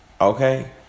Okay